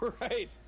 Right